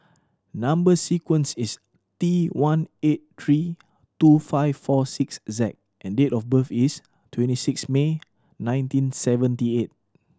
number sequence is T one eight three two five four six Z and date of birth is twenty six May nineteen seventy eight